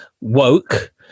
woke